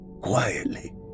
quietly